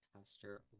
Pastor